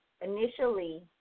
initially